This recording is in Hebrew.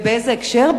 ובאיזה הקשר?